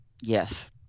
Yes